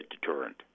deterrent